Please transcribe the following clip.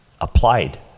applied